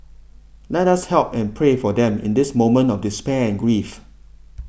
let us help and pray for them in this moment of despair and grief